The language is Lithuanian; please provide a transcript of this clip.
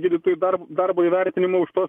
gydytojų dar darbo įvertinimą už tuos